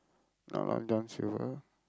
not Long-John-Silvers